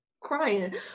crying